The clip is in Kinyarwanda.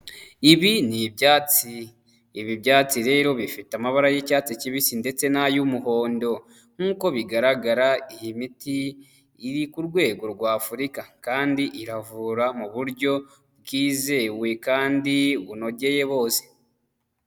Ibi ni ibyatsi, ibi byatsi rero bifite amabara y'icyatsi kibisi ndetse n'ay'umuhondo, nk'uko bigaragara iyi miti iri ku rwego rwa Afurika kandi iravura mu buryo bwizewe kandi bunogeye bose.